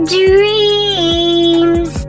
dreams